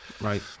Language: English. Right